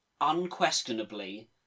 unquestionably